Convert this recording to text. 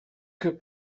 que